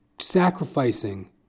sacrificing